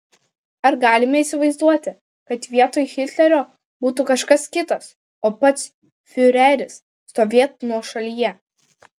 ar galime įsivaizduoti kad vietoj hitlerio būtų kažkas kitas o pats fiureris stovėtų nuošalyje